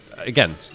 again